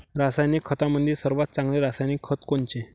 रासायनिक खतामंदी सर्वात चांगले रासायनिक खत कोनचे?